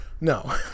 No